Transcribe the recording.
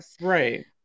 Right